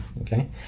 Okay